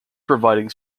providing